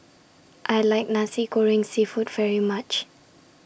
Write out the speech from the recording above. I like Nasi Goreng Seafood very much